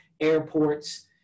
airports